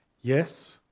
Yes